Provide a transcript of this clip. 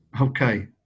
Okay